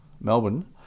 Melbourne